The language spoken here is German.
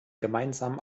gemeinsamen